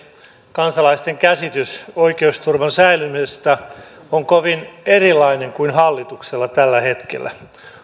kansalaisten käsitys oikeusturvan säilymisestä on kovin erilainen kuin hallituksella tällä hetkellä